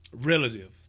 relative